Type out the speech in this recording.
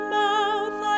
mouth